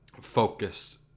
focused